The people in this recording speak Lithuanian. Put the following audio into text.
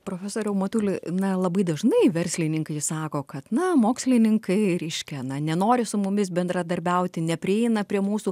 profesoriau matuli na labai dažnai verslininkai sako kad na mokslininkai reiškia na nenori su mumis bendradarbiauti neprieina prie mūsų